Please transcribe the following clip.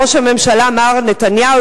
ראש הממשלה מר נתניהו,